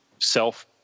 self